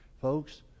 Folks